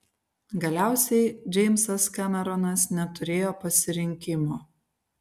galiausiai džeimsas kameronas neturėjo pasirinkimo